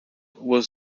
was